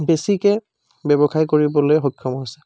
বেছিকৈ ব্যৱসায় কৰিবলৈ সক্ষম হৈছে